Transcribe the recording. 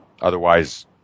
otherwise